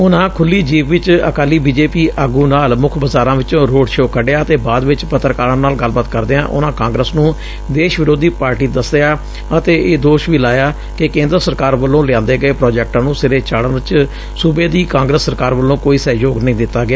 ਉਨੂਾ ਖੁਲ੍ਹੀ ਜੀਪ ਵਿਚ ਅਕਾਲੀ ਬੀਜੇਪੀ ਆਗੁ ਨਾਲ ਮੁਖ ਬਾਜ਼ਾਰਾਂ ਚੋਂ ਰੋਡ ਸ਼ੋਅ ਕੱਢਿਆ ਅਤੇ ਬਾਅਦ ਵਿਚ ਪੱਤਰਕਾਰਾਂ ਨਾਲ ਗੱਲਬਾਤ ਕਰਦਿਆਂ ਉਨੂਾਂ ਕਾਂਗਰਸ ਨੂੰ ਦੇਸ਼ ਵਿਰੋਧੀ ਪਾਰਟੀ ਦਸਿਆ ਅਤੇ ਇਹ ਦੋਸ਼ ਵੀ ਲਾਇਆ ਕਿ ਕੇਂਦਰ ਸਰਕਾਰ ਵੱਲੋਂ ਲਿਆਂਦੇ ਗਏ ਪ੍ਰਾਜੈਕਟਾਂ ਨੂੰ ਸਿਰੇ ਚਾੜਨ ਚ ਸੁਬੇ ਦੀ ਕਾਂਗਰਸ ਸਰਕਾਰ ਵੱਲੋਂ ਕੋਈ ਸਹਿਯੋਗ ਨਹੀਂ ਦਿੱਤਾ ਗਿਆ